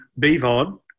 BVOD